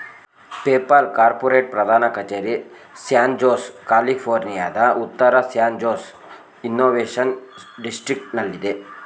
PayPal corporate ಪ್ರಧಾನ ಕಚೇರಿ San Jose, ಕ್ಯಾಲಿಫೋರ್ನಿಯಾದ ಉತ್ತರ ಸ್ಯಾನ್ ಜೋಸ್ ಇನ್ನೋವೇಶನ್ ಡಿಸ್ಟ್ರಿಕ್ಟನಲ್ಲಿದೆ